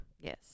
Yes